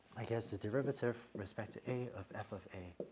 i guess the derivative respect to a of f of a.